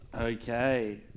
Okay